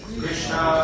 Krishna